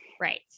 Right